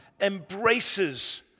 embraces